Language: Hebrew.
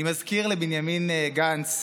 אני מזכיר לבנימין גנץ,